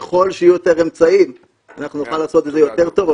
ככל שיהיו יותר אמצעים אנחנו נוכל לעשות את זה יותר טוב,